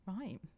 Right